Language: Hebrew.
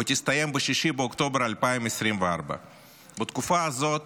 ותסתיים ב-6 באוקטובר 2024. בתקופה הזאת